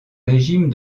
régime